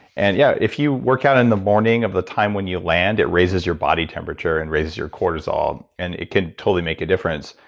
and yeah if you work out in the morning of the time when you land, it raises your body temperature and raises your cortisol. and it can totally make a difference.